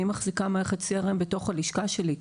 אני מחזיקה מערכת CRM בתוך הלשכה שלי.